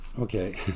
okay